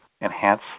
enhance